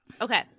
Okay